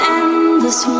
endless